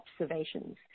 observations